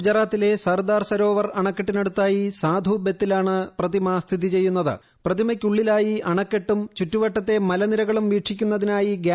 ഗുജറാത്തിലെ സർദാർ സരോവർ അണക്കെട്ടിനടുത്തായി സാധു ബെത്തിലാണ് പ്രതിമ സ്ഥിതി പ്രതിമയ്ക്കുള്ളിലായി അണക്കെട്ടും ചുറ്റുവട്ടത്തെ മലനിരകളും വീക്ഷിക്കുന്നതിനായി നിർമ്മിച്ചിട്ടുണ്ട്